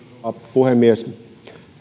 puhemies